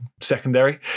secondary